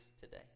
today